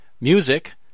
Music